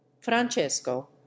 francesco